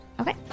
Okay